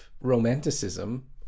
romanticism